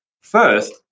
First